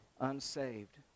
unsaved